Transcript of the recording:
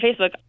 Facebook